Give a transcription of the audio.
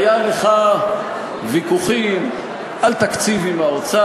כשעמדת בראש משרד ממשלתי והיו לך ויכוחים על תקציב עם האוצר,